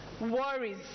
worries